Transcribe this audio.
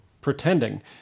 pretending